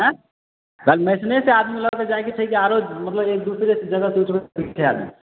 आँ मेसने से आदमी लऽ के जाइके छै की आओरो मतलब एक दूसरे जगह से